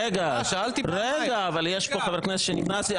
רגע, אבל יש פה חבר כנסת שנכנס.